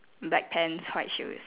black pants white shoes